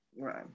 Right